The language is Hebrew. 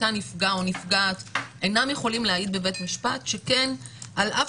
אותה נפגע או נפגעת אינם יכולים להעיד בבית המשפט שכן על אף